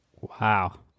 Wow